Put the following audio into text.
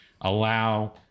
allow